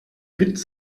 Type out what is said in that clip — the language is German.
witz